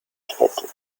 kessel